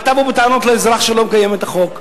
מה תבואו בטענות לאזרח שלא מקיים את החוק?